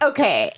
Okay